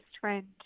friend